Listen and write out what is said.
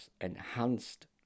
enhanced